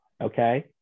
Okay